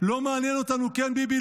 --- לא מעניין אותנו כן ביבי,